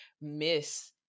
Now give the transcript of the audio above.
miss